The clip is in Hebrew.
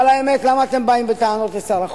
אבל האמת, למה אתם באים בטענות לשר החוץ?